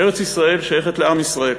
ארץ-ישראל שייכת לעם ישראל,